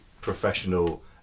professional